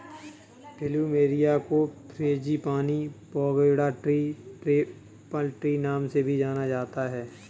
plumeria को frangipani, pagoda tree, temple tree नाम से भी जाना जाता है